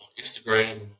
Instagram